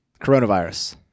Coronavirus